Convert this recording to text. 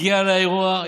הגיע לאירוע,